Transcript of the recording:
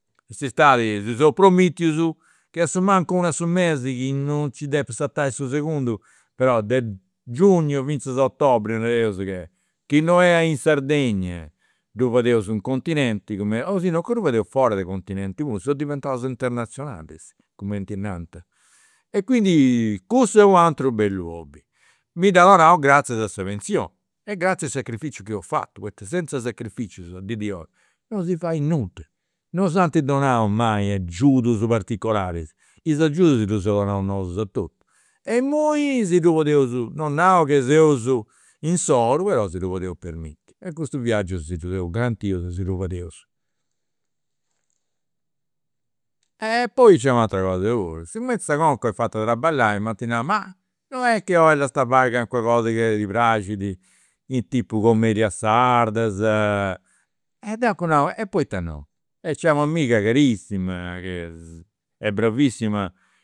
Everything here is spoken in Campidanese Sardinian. In s'istadi si seus promitius chi asumancus unu a su mesi chi non nci depit sartai su segundu, però de giugnu finzas a otobre, nareus chi non est in Sardegna, ddu fadeus in continenti cumenti, o sinuncas ddu fadeus fora de continenti puru, seus diventaus internazionalis, cumenti nant. E quindi cussu est u' ateru bellu hobbi, mi dda donau gratzias a sa pensioni e gratzias a i' sacrificius chi eus fatu, poita senza sacrificius in dì di oi, non si fait nudda, non s'ant donau mai agiudus particolaris. Is agiudus si ddu seus donaus nosu a totu. E imui si ddu podeus, no nau chi seus in s'oru, però si ddu podeus permittiri e custus viaggius si ddus seus garantius e si ddu fadeus. E poi nc'est u' atera cosa puru, sigumenti sa conca est fata traballai, m'ant nau, ma non est chi fai calincuna cosa chi ti praxit, tipu cumedias sardas. E deu apu nau, poita nou. E nc'est u' amiga carissima che est bravissima